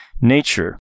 nature